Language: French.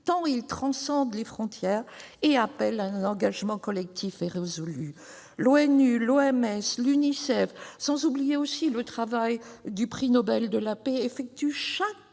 tant il transcende les frontières et appelle à un engagement collectif et résolu. L'ONU, l'OMS, l'Unicef, sans oublier le travail du comité du prix Nobel de la paix, effectuent chaque